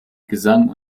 gesang